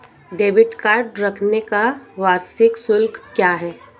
Debit card रखने का वार्षिक शुल्क क्या है?